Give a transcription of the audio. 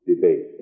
debate